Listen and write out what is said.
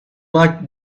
like